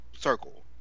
circle